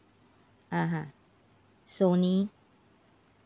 (uh huh) sony